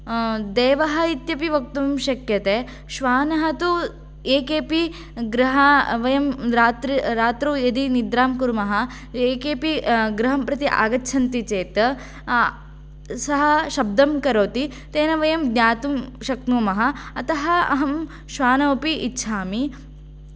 देवः इत्यपि वक्तुम् शक्यते श्वान तु ये केऽपि गृह वयं रात्रौ यदि निद्रं कुर्मः ये केऽपि गृहं प्रति आगच्छन्ति चेत् सः शब्दं करोति तेन वयं ज्ञातुं शक्नुमः अतः अहं श्वानमपि इच्छामि